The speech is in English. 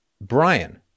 Brian